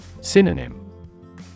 Synonym